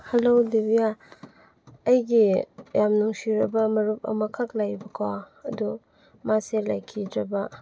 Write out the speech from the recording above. hello Dibiya ꯑꯩꯒꯤ ꯌꯥꯝ ꯅꯨꯡꯁꯤꯔꯒ ꯃꯔꯨꯞ ꯑꯃꯈꯛ ꯂꯩꯕꯀꯣ ꯑꯗꯨ ꯃꯥꯁꯦ ꯂꯩꯈꯤꯗ꯭ꯔꯕ